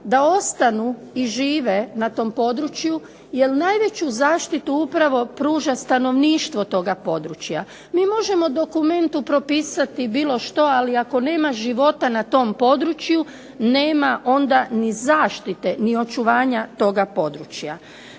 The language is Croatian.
da ostanu i žive na tom području jer najveću zaštitu upravo pruža stanovništvo toga područja. Mi možemo u dokumentu propisati bilo što ali ako nema života na tom području nema onda ni zaštite ni očuvanja toga područja.